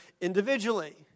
individually